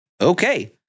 Okay